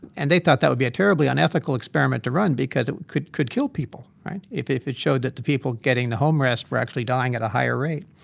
and they thought that would be a terribly unethical experiment to run because it could could kill people right? if if it showed that the people getting the home rest were actually dying at a higher rate.